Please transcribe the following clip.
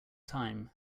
time